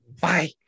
Bye